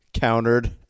countered